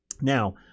Now